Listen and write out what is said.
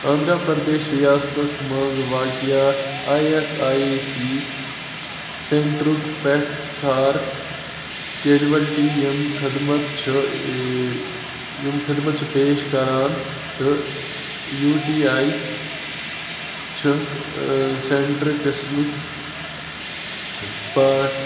آندھرا پردیش ریاستس مَنٛز واقع آی ایس آی سی سینٹرُک پٮ۪ٹھ ژھار کیجولٹی یِم خدمت چھِ یِم خدمت چھِ پیش کران تہٕ یوٗ ٹی آی چھِکھ سینٹرٕ قٕسمٕکۍ